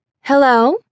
Hello